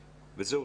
וזהו,